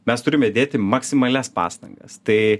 mes turime dėti maksimalias pastangas tai